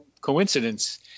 coincidence